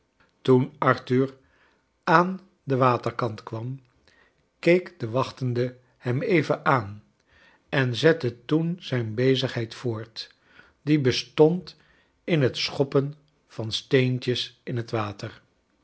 toen arthur aan den wat rkair kwam keek de wachtende hem even aan en zette toen zijn bezigheid voort dio bestond in het schoppen van steentjes in het water